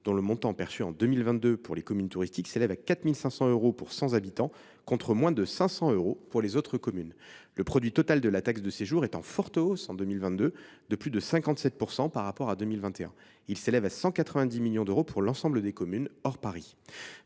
dont le montant perçu en 2022 pour les communes touristiques s’élevait à 4 500 euros pour 100 habitants, contre moins de 500 euros pour les autres communes. Le produit total de la taxe de séjour était en forte hausse en 2022, de plus de 57 % par rapport à 2021. Il s’élevait à 190 millions d’euros pour l’ensemble des communes, hors Paris.